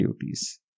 duties